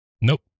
Nope